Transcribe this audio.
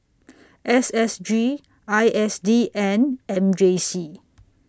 S S G I S D and M J C